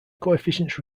coefficients